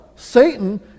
Satan